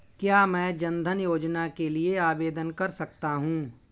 क्या मैं जन धन योजना के लिए आवेदन कर सकता हूँ?